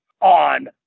on